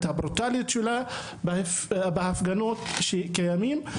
את הברוטליות שלה בהפגנות שקיימות.